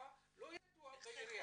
לא ידוע בעירייה.